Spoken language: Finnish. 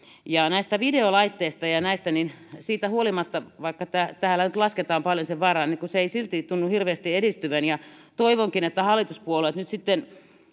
näistä videolaitteista siitä huolimatta vaikka täällä nyt lasketaan paljon sen varaan se ei silti tunnu hirveästi edistyvän toivonkin että hallituspuolueet nyt sitten